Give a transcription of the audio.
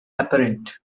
apparent